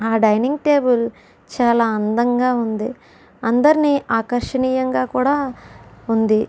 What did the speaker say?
ఆ dining table చాలా అందంగా ఉంది అందరినీ ఆకర్షణీయంగా కూడా ఉంది